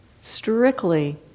strictly